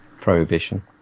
Prohibition